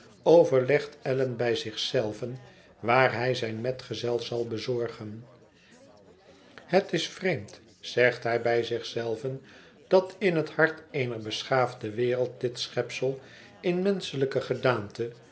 overlegt allan bij zich zelven waar hij zijn metgezel zal bezorgen het is vreemd zegt hij bij zich zelven dat in het hart eener beschaafde wereld dit schepsel in menschelijke gedaante